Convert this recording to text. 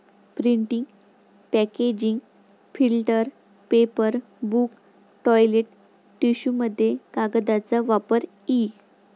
printing packaging filter paper book toilet टिश्यूमध्ये कागदाचा वापर इ